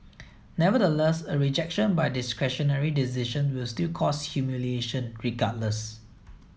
nevertheless a rejection by discretionary decisions will still cause humiliation regardless